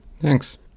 Thanks